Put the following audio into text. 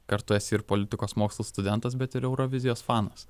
kartu esi ir politikos mokslų studentas bet ir eurovizijos fanas